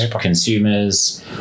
consumers